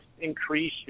increase